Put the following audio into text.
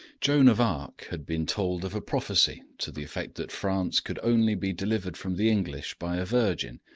joan of arc had been told of a prophecy to the effect that france could only be delivered from the english by a virgin,